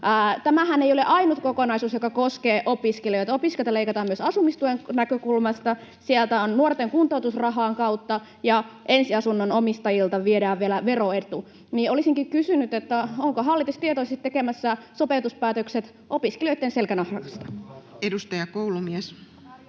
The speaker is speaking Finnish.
tämähän ei ole ainut kokonaisuus, joka koskee opiskelijoita. Opiskelijoilta leikataan myös asumistuen näkökulmasta ja nuorten kuntoutusrahan kautta, ja ensiasunnon ostajilta viedään vielä veroetu. Olisinkin kysynyt: onko hallitus tietoisesti tekemässä sopeutuspäätökset opiskelijoitten selkänahasta? [Speech